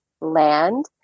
land